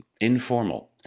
Informal